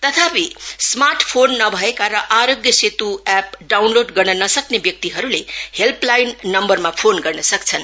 तथापि smart phone नभएका र आरोग्य सेत् एप् डाउनलोड गर्न नसक्ने व्यक्तिहरूले हैल्पलाइन नम् रमा फोन गर्न सक्छन्